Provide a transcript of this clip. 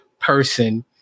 person